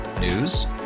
News